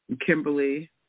Kimberly